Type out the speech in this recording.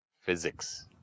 physics